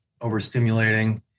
overstimulating